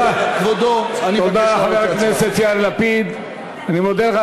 כבודו, אני מבקש הצבעה.